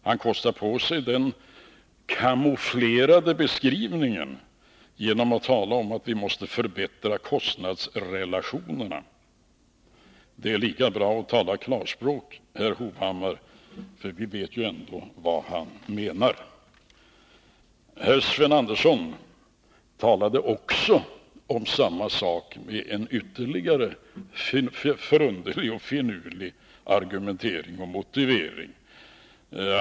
Han kostar på sig en camouflerad beskrivning genom att tala om att vi måste förbättra kostnadsrelationerna. Det är lika bra att herr Hovhammar talar klarspråk, för vi vet ju ändå vad han menar. Herr Sven Andersson talade om samma sak med ytterligare en förunderlig och finurlig argumentering och motivering.